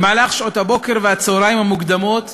במהלך שעות הבוקר והצהריים המוקדמות